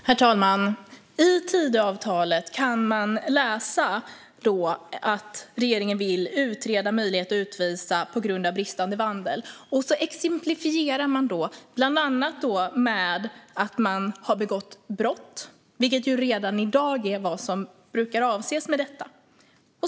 Herr talman! I Tidöavtalet kan vi läsa att regeringen vill utreda möjligheten att utvisa människor på grund av bristande vandel. Man exemplifierar bland annat med att människor har begått brott, vilket redan i dag är vad som brukar avses med detta.